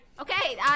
Okay